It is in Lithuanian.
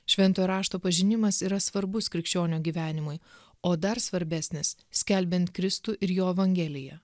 šventojo rašto pažinimas yra svarbus krikščionio gyvenimui o dar svarbesnis skelbiant kristų ir jo evangeliją